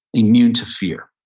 immune to fear.